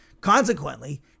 Consequently